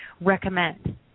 recommend